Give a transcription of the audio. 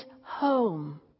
home